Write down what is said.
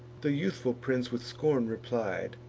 the youthful prince with scorn replied,